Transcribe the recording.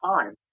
time